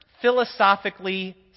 philosophically